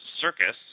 Circus